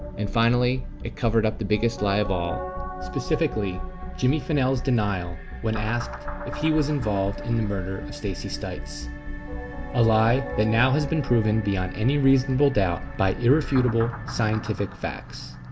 and finally, it covered up the biggest lie of all specifically jimmy finnell's denial when i asked if he was involved in the murder of stacey stites a lie that now has been proven beyond any reasonable doubt by irrefutable scientific facts.